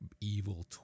evil